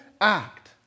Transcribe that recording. act